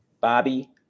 Bobby